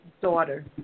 daughter